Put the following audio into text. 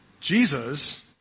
Jesus